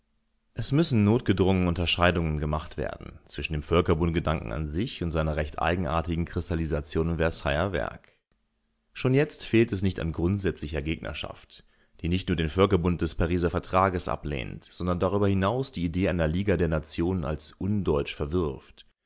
es müssen notgedrungen unterscheidungen gemacht werden zwischen dem völkerbundgedanken an sich und seiner recht eigenartigen kristallisation im versailler werk schon jetzt fehlt es nicht an grundsätzlicher gegnerschaft die nicht nur den völkerbund des pariser vertrages ablehnt sondern darüber hinaus die idee einer liga der nationen als undeutsch verwirft